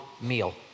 meal